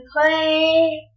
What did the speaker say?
play